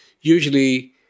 usually